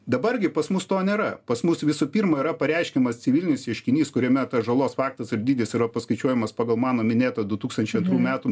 dabar gi pas mus to nėra pas mus visų pirma yra pareiškiamas civilinis ieškinys kuriame tas žalos faktas ir dydis yra paskaičiuojamas pagal mano minėtą du tūkstančiai metų